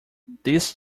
this